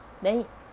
then